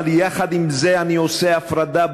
אבל יחד עם זה אני עושה הפרדה ברורה,